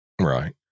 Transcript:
Right